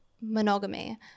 monogamy